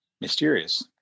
mysterious